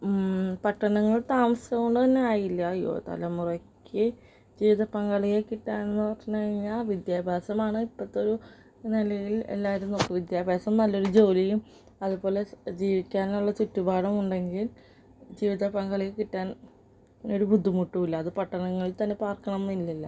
പട്ടണങ്ങൾ താമസം കൊണ്ട് അങ്ങനെ ആയില്ല യുവ തലമുറയ്ക്ക് ജീവിത പങ്കാളിയെ കിട്ടാൻ എന്ന് പറഞ്ഞ് കഴിഞ്ഞാൽ വിദ്യാഭ്യാസമാണ് ഇപ്പോഴത്തൊരു നിലയിൽ എല്ലാവരും നോക്കും വിദ്യാഭ്യാസം നല്ല ഒരു ജോലിയും അതുപോലെ ജീവിക്കാനുള്ള ചുറ്റുപാടും ഉണ്ടെങ്കിൽ ജീവിത പങ്കാളിയെ കിട്ടാൻ ഒരു ബുദ്ധിമുട്ടും ഇല്ല അത് പട്ടണങ്ങളിൽ തന്നെ പാർക്കണം എന്നില്ലല്ലോ